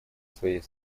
своей